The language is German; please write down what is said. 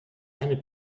eine